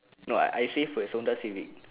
no I say first Honda Civic